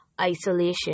isolation